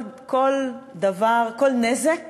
כל נזק